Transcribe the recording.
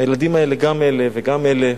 הילדים האלה, גם אלה וגם אלה,